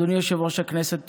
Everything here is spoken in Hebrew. אדוני יושב-ראש הכנסת,